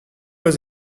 was